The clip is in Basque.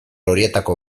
horietako